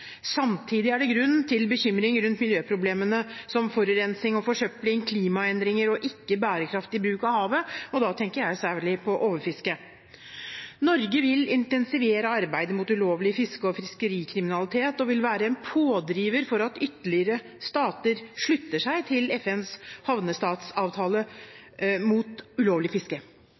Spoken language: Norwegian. Samtidig er det grunn til bekymring rundt miljøproblemene som forurensning og forsøpling, klimaendringer og ikke-bærekraftig bruk av havet, og da tenker jeg særlig på overfiske. Norge vil intensivere arbeidet mot ulovlig fiske og fiskerikriminalitet og vil være en pådriver for at ytterligere stater slutter seg til FNs havnestatsavtale mot ulovlig fiske.